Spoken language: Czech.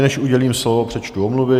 Než udělím slovo, přečtu omluvy.